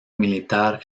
militar